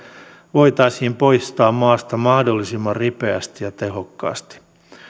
voitaisiin poistaa maasta mahdollisimman ripeästi ja tehokkaasti